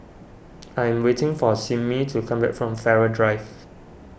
I am waiting for Simmie to come back from Farrer Drive